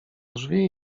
drzwi